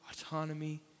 autonomy